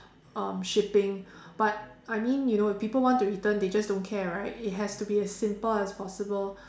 um shipping but I mean you know if people want to return they just don't care right it has to be as simple as possible